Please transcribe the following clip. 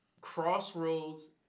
crossroads